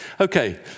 Okay